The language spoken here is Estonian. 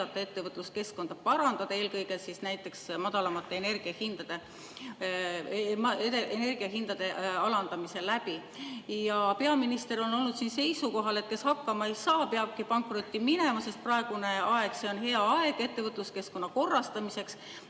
ettevõtluskeskkonda parandada, eelkõige näiteks energiahindade alandamise kaudu. Peaminister on olnud seisukohal, et kes hakkama ei saa, peabki pankrotti minema, sest praegune aeg on hea aeg ettevõtluskeskkonna korrastamiseks.